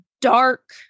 dark